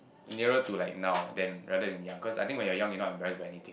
nearer to like now then rather than young cause I think when you're young you're not embarrassed by anything